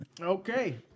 okay